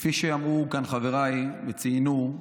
וכפי שאמרו כאן חברי וציינו,